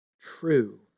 true